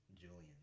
Julian